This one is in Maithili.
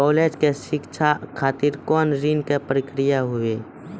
कालेज के शिक्षा खातिर कौन ऋण के प्रक्रिया हुई?